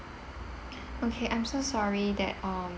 okay I'm so sorry that um